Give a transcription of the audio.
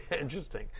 Interesting